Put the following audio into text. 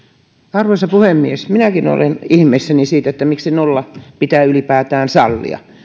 arvoisa puhemies minäkin olen ihmeissäni siitä miksi nolla pitää ylipäätään sallia